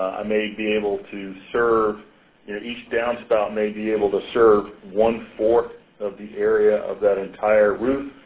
i may be able to serve each downspout may be able to serve one four of the area of that entire roof,